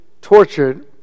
tortured